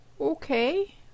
Okay